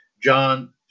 John